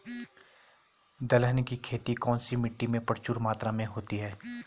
दलहन की खेती कौन सी मिट्टी में प्रचुर मात्रा में होती है?